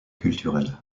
culturel